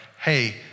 hey